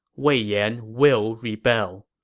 wei yan will rebel.